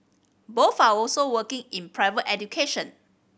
both are also working in private education